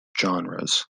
genres